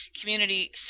community